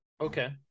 okay